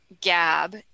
gab